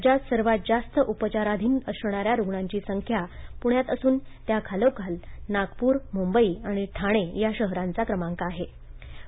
राज्यात सर्वात जास्त उपचाराखाली असणाऱ्या रुग्णांची संख्या पुण्यात असून त्याखालोखाल नागपूरमुंबई आणि ठाणे या शहरांचा क्रमांक लागतो